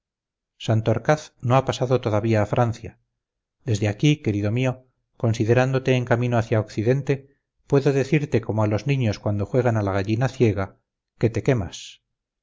favor santorcaz no ha pasado todavía a francia desde aquí querido mío considerándote en camino hacia occidente puedo decirte como a los niños cuando juegan a la gallina ciega que te quemas